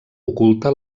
oculta